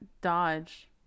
dodge